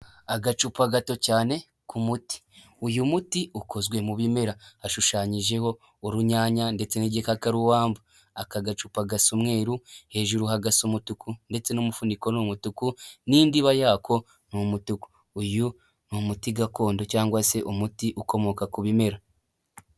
Agacupa gato cyane k'umuti, uyu muti ukozwe mu bimera, hashushanyijeho urunyanya ndetse n'igikakarubamba, aka gacupa gasa umweru, hejuru hagasa umutuku ndetse n'umufuniko ni umutuku n'indiba yako ni umutuku. Uyu ni umuti gakondo cyangwa se umuti ukomoka ku bimera.